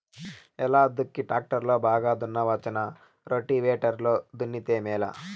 ఎలా దుక్కి టాక్టర్ లో బాగా దున్నవచ్చునా రోటివేటర్ లో దున్నితే మేలా?